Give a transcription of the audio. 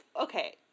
okay